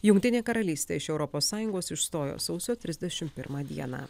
jungtinė karalystė iš europos sąjungos išstojo sausio trisdešim pirmą dieną